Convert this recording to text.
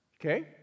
okay